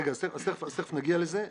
תכף נגיע לזה.